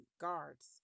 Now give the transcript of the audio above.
guards